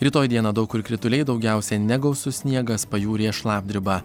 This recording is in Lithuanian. rytoj dieną daug kur krituliai daugiausia negausus sniegas pajūryje šlapdriba